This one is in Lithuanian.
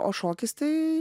o šokis tai